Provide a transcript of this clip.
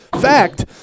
fact